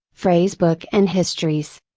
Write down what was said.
phrasebook and histories.